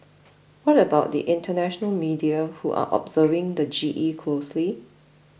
what about the international media who are observing the G E closely